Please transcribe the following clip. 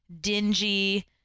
dingy